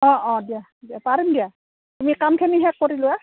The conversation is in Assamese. অঁ অঁ দিয়া দিয়া পাৰিম দিয়া তুমি কামখিনি শেষ কৰি লোৱা